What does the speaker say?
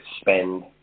spend